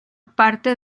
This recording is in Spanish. parte